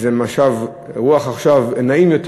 איזה משב רוח נעים יותר,